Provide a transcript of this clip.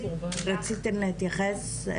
רציתן להתייחס?